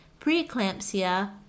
preeclampsia